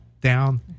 down